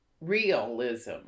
Realism